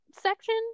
section